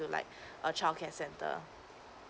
to like a childcare center